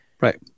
right